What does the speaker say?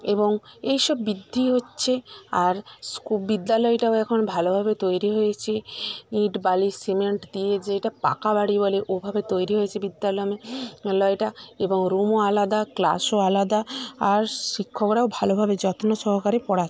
এবং এই সব বৃদ্ধি হচ্ছে আর স্কু বিদ্যালয়টাও এখন ভালোভাবে তৈরি হয়েছে ইট বালি সিমেন্ট দিয়ে যে এটা পাকা বাড়ি বলে ওভাবে তৈরি হয়েছে বিদ্যালয় মে লয়টা এবং রুমও আলাদা ক্লাসও আলাদা আর শিক্ষকরাও ভালোভাবে যত্ন সহকারে পড়ায়